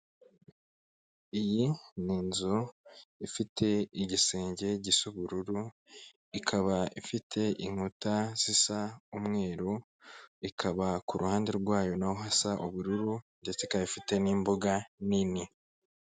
Iyi ni inzu ifite igisenge gisa ubururu, ikaba ifite inkuta zisa umweru, ikaba ku ruhande rwayo naho hasa ubururu ndetse ikaba ifite n'imbuga nini.